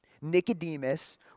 Nicodemus